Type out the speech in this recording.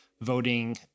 voting